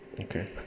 Okay